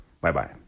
Bye-bye